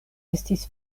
estis